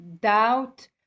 doubt